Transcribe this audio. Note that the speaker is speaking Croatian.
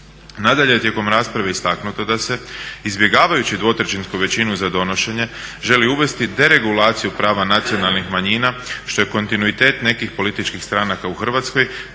Nadalje, tijekom rasprave istaknuto je da se izbjegavajući dvotrećinsku većinu za donošenje želi uvesti deregulaciju prava nacionalnih manjina što je kontinuitet nekih političkih stranaka u Hrvatskoj,